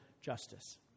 justice